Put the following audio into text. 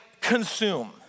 consume